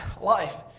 life